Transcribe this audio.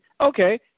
Okay